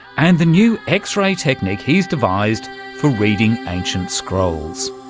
and the new x-ray technique he's devised for reading ancient scrolls.